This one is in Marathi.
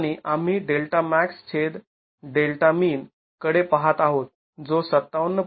आणि आम्ही Δmax Δmin कडे पाहत आहोत जो ५७